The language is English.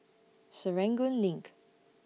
Serangoon LINK